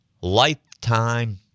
lifetime